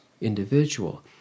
individual